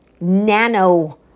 nano